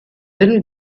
little